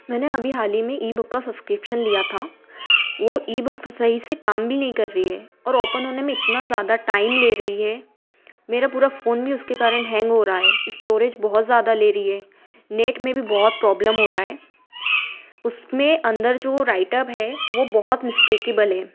मैंने अभी हाल ही में ई बुक का सब्सक्रिप्शन लिया था वो ई बुक सही से काम भी नहीं कर रही है और औपन होने में इतना ज़्यादा टाइम ले रही है मेरा पूरा फ़ोन भी उसके कारण हैंग हो रहा हे इस्टोरेज बहुत ज़्यादा ले रही है नेट में भी बहुत प्रॉब्लम हो रहा है उसमें अंदर जो राइटर है वो बहुत मिस्टेकएबल है